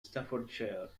staffordshire